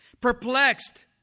perplexed